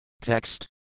Text